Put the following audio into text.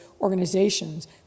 organizations